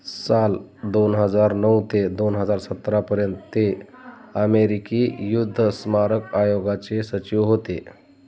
साल दोन हजार नऊ ते दोन हजार सतरापर्यंत ते अमेरिकी युद्ध स्मारक आयोगाचे सचिव होते